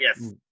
Yes